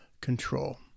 control